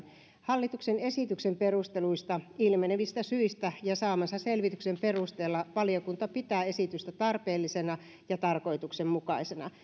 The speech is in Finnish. hallituksen esityksen perusteluista ilmenevistä syistä ja saamansa selvityksen perusteella valiokunta pitää esitystä tarpeellisena ja tarkoituksenmukaisena